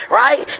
right